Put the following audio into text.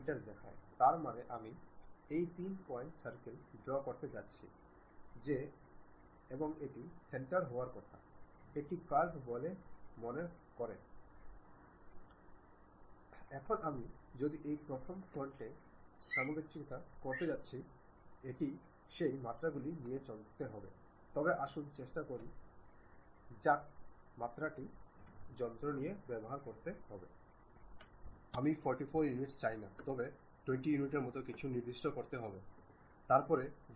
এটি বলেছে যে সার্কেলের দিকে কিছুটা প্রসারণ হয়সেটি হল আমরা কাট এর দিক দেখতে যাচ্ছি তবে কারণ এই সার্কেলটি সেই দিকে আঁকানো হয়েছে যাতে আমি যদি এটি থেকে দূরে চলে যাই তবে অপসারণ করার কিছুই নেই